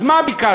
אז מה ביקשנו?